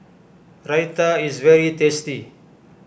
Raita is very tasty